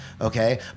okay